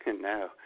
No